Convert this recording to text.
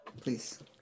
Please